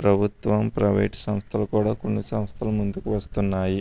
ప్రభుత్వం ప్రవేట్ సంస్థలు కూడా కొన్ని సంస్థలు ముందుకు వస్తున్నాయి